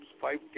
five